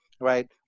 right